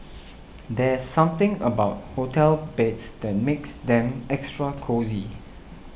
there's something about hotel beds that makes them extra cosy